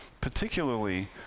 particularly